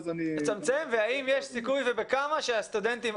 והאם יש סיכוי ובכמה שהסטודנטים,